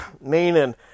meaning